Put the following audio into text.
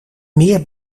meer